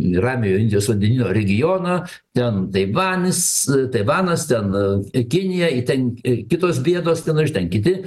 į ramiojo indijos vandenyno regioną ten taivanis taivanas ten i kinija i ten i kitos bėdos ten iš ten kiti